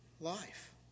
life